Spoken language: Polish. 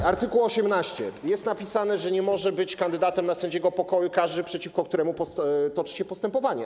W art. 18 jest napisane, że nie może być kandydatem na sędziego pokoju każda osoba, przeciwko której toczy się postępowanie.